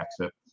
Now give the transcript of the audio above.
exit